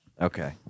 Okay